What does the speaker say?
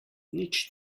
nič